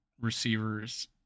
receivers